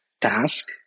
task